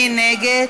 מי נגד?